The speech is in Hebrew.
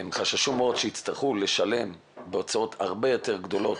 הם חששו מאוד שיצטרכו לשלם בהוצאות הרבה יותר גדולות.